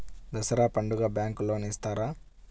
దసరా పండుగ bank loan ఇస్తారా?